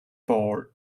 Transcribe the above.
ball